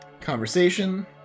conversation